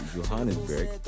Johannesburg